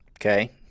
Okay